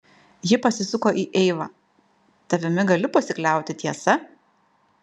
ji pasisuko į eivą tavimi galiu pasikliauti tiesa